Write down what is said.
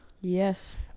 Yes